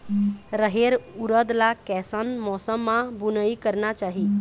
रहेर उरद ला कैसन मौसम मा बुनई करना चाही?